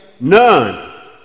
None